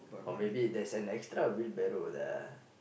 or maybe there's an extra wheelbarrow lah